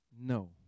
No